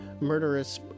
murderous